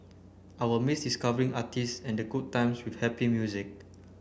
I will miss discovering artists and the good times with happy music